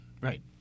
Right